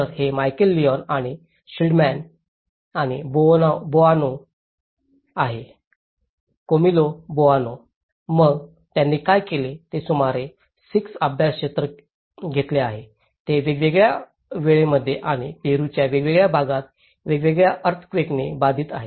तर हे Michael Leon आणि शिल्डमॅन आणि बोआनो आहे कॅमिलो बोआनो मग त्यांनी काय केले ते सुमारे 6 अभ्यास क्षेत्र घेतले आहेत जे वेगवेगळ्या वेळेमध्ये आणि पेरूच्या वेगवेगळ्या भागात वेगवेगळ्या अर्थक्वेकनी बाधित आहेत